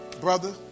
brother